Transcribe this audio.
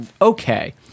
okay